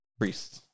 priests